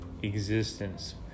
Existence